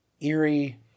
eerie